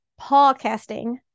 podcasting